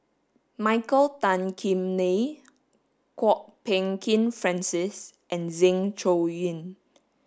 Michael Tan Kim Nei Kwok Peng Kin Francis and Zeng Shouyin